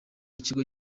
kigo